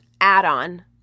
add-on